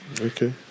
Okay